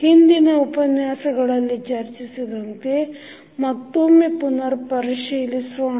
ಹಿಂದಿನ ಉಪನ್ಯಾಸಗಳಲ್ಲಿ ಚರ್ಚಿಸಿದಂತೆ ಮತ್ತೊಮ್ಮೆ ಪುನರ್ ಪರಿಶೀಲಿಸೋಣ